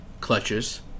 Clutches